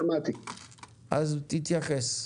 אז תתייחס.